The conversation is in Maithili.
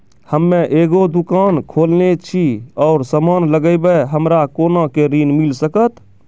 हम्मे एगो दुकान खोलने छी और समान लगैबै हमरा कोना के ऋण मिल सकत?